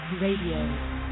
Radio